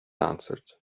answered